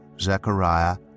Zechariah